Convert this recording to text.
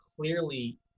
clearly